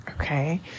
okay